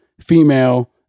female